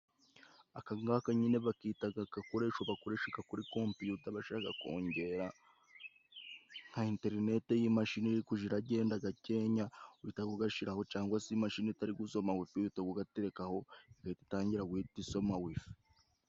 Aka kangaka nyine bakitaga gakoresho bakoreshaga kuri kompiyuta ,bashaka kongera nka interinete y'imashini iri kugenda gakenya uhita ugashiraho ,cyangwa se imashini itari gusoma wifi uhita ugaterekaho igahita itangira gusoma wifi.